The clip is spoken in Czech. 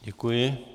Děkuji.